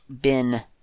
bin